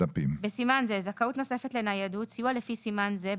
9יח.הגדרות בסימן זה "זכאות נוספת לניידות" סיוע לפי סימן זה,